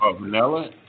vanilla